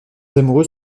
amoureux